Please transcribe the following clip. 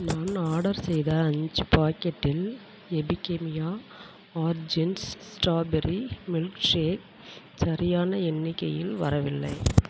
நான் ஆர்டர் செய்த அஞ்சு பாக்கெட்டில் எபிகேமியா ஆர்ஜின்ஸ் ஸ்ட்ராபெரி மில்க்ஷேக் சரியான எண்ணிக்கையில் வரவில்லை